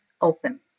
open